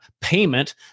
payment